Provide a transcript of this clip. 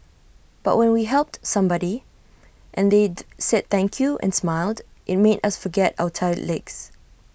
but when we helped somebody and they said thank you and smiled IT made us forget our tired legs